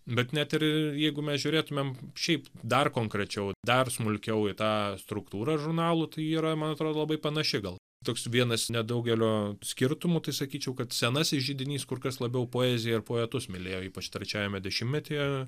bet net ir jeigu mes žiūrėtumėm šiaip dar konkrečiau dar smulkiau į tą struktūrą žurnalų tai yra man atrodo labai panaši gal toks vienas nedaugelio skirtumų tai sakyčiau kad senasis židinys kur kas labiau poeziją ir poetus mylėjo ypač trečiajame dešimtmetyje